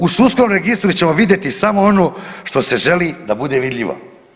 U sudskom registru ćemo vidjeti samo ono što se želi da bude vidljivo.